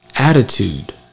Attitude